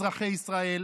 אזרחי ישראל,